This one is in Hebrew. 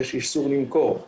יש איסור למכור,